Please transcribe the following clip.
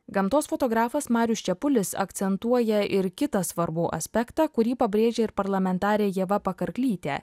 gamtos fotografas marius čepulis akcentuoja ir kitą svarbų aspektą kurį pabrėžia ir parlamentarė ieva pakarklytė